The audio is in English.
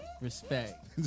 Respect